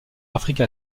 afrique